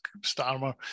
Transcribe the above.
Starmer